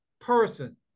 person